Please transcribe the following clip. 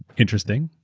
interesting.